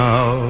Now